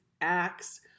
acts